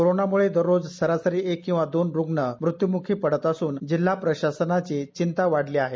कोरोनामुळे दररोज सरासरी एक किंवा दोन रुग्ण मृत्युमुखी पडत असून जिल्हा प्रशासनाची चिंता वाढली आहे